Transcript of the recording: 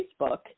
Facebook